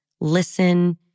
listen